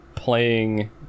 playing